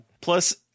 Plus